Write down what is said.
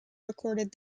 recorded